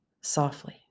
softly